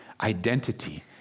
identity